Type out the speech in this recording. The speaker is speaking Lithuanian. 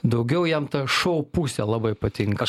daugiau jam ta šou pusė labai patinka